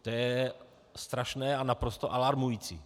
To je strašné a naprosto alarmující.